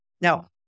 Now